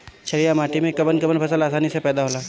छारिया माटी मे कवन कवन फसल आसानी से पैदा होला?